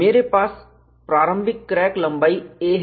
मेरे पास प्रारंभिक क्रैक लंबाई a है